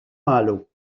malo